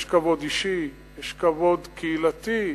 יש כבוד אישי, יש כבוד קהילתי.